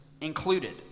included